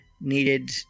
needed